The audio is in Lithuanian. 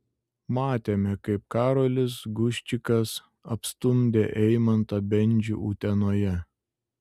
matėme kaip karolis guščikas apstumdė eimantą bendžių utenoje